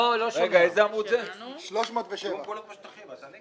מי בעד אישור פניות מספר 367 עד 372?